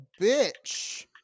bitch